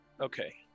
Okay